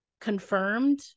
confirmed